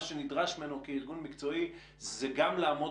מה שנדרש ממנו כארגון מקצועי זה גם לעמוד